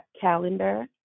Calendar